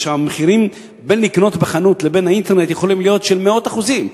ההבדל במחירים בין חנות לבין האינטרנט יכולים להיות של מאות אחוזים,